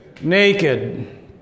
naked